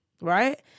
right